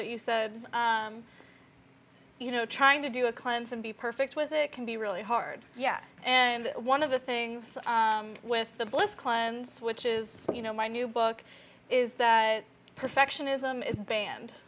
that you said you know trying to do a cleanse and be perfect with it can be really hard yeah and one of the things with the bliss cleanse which is you know my new book is that perfectionism is banned